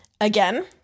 Again